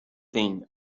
thing